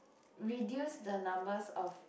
reduce the numbers of